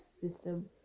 system